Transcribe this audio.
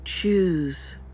choose